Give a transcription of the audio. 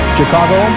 Chicago